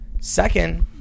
Second